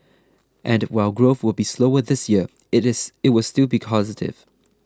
and while growth will be slower this year it is it will still be positive